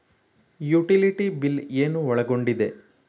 Utility bill ಏನು ಒಳಗೊಂಡಿದೆ?